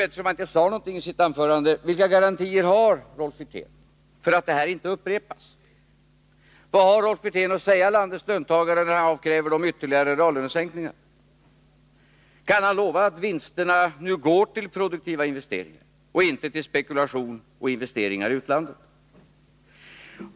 Eftersom han inte sade någonting i sitt anförande måste jag fråga: Vilka garantier har Rolf Wirtén för att det här inte upprepas? Vad har Rolf Wirtén att säga landets löntagare, när han avkräver dem ytterligare reallönesänkningar? Kan han lova att vinsterna nu går till produktiva investeringar och inte till spekulation och investeringar i utlandet?